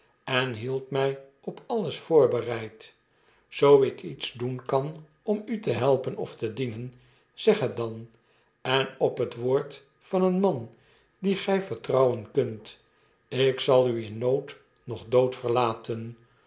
en hield my op alles voorbereid zoo ik iets doen kan om u te helpen oftedienen zegt het dan en op het woord van een man dien gjj vertrouwen kunt ik zal u in nood noch dood verlaten